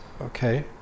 Okay